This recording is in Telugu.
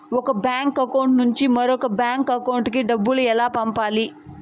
ఒక బ్యాంకు అకౌంట్ నుంచి మరొక బ్యాంకు అకౌంట్ కు డబ్బు ఎలా పంపాలి